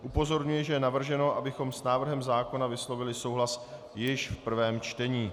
Upozorňuji, že je navrženo, abychom s návrhem zákona vyslovili souhlas již v prvém čtení.